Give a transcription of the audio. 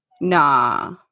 Nah